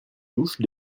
douche